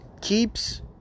Keeps